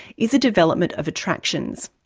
is the development of attractions.